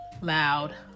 loud